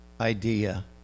idea